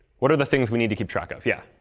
what are the things we need to keep track of? yeah?